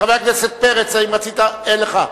חבר הכנסת פרץ, האם רצית לומר?